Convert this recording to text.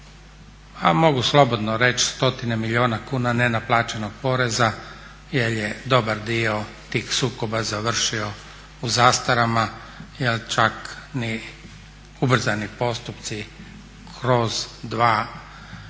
mogu slobodno reći stotine milijuna kuna nenaplaćenog poreza jer je dobar dio tih sukoba završio u zastarama, jer čak ni ubrzani postupci kroz dva ja